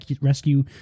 rescue